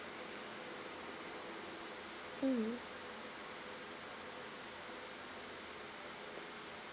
mm